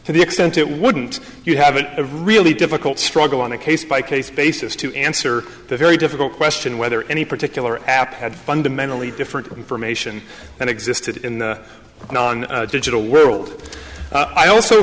to the extent it wouldn't you have a really difficult struggle on a case by case basis to answer the very difficult question whether any particular app had fundamentally different information and existed in the digital world i also